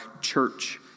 church